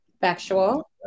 Factual